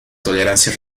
tolerancia